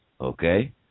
okay